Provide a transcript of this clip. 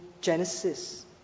genesis